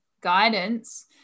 guidance